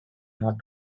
not